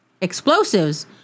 explosives